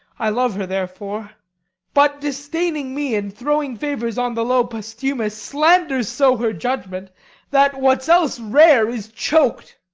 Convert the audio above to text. i love her therefore but disdaining me and throwing favours on the low posthumus slanders so her judgment that what's else rare is chok'd